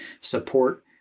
support